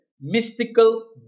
mystical